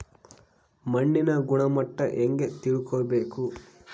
ಮಣ್ಣಿನ ಗುಣಮಟ್ಟ ಹೆಂಗೆ ತಿಳ್ಕೊಬೇಕು?